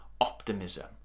optimism